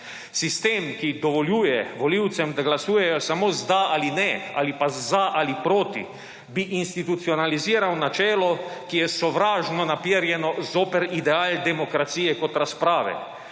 Sistem, ki dovoljuje volivcem, da glasujejo samo z da ali ne ali pa za ali proti, bi institucionaliziral načelo, ki je sovražno naperjeno zoper ideal demokracije kot razprave.